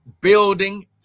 building